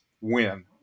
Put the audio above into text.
win